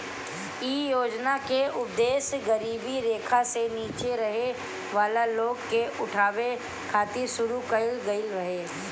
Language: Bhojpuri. इ योजना के उद्देश गरीबी रेखा से नीचे रहे वाला लोग के उठावे खातिर शुरू कईल गईल रहे